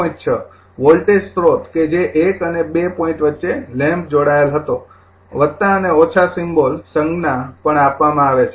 ૬ voltage સ્રોત કે જે ૧ અને ૨ પોઇન્ટ વચ્ચે લેમ્પ જોડાયેલ હતો અને - સિમ્બોલ સંગ્ના પણ આપવામાં આવે છે